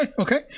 okay